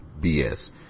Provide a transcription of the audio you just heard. BS